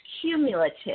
cumulative